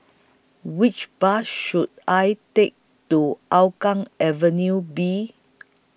Which Bus should I Take to Hougang Avenue B